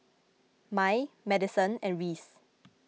Mai Madison and Reece